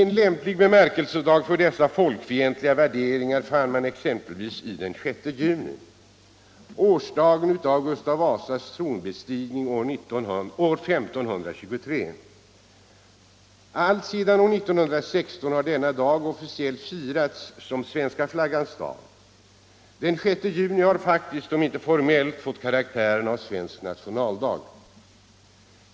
En lämplig bemärkelsedag för dessa folkfientliga värderingar fann man exempelvis i den 6 juni, årsdagen för Gustav Vasas tronbestigning år 1523. Alltsedan år 1916 har denna dag officiellt firats som svenska flaggans dag. Den 6 juni har faktiskt om inte formellt fått karaktären av svensk nationaldag.